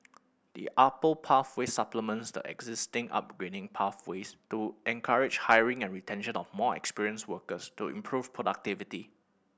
the pathway supplements the existing upgrading pathways to encourage hiring and retention of more experienced workers to improve productivity